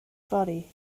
fory